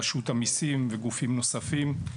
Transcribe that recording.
רשות המסים וגופים נוספים.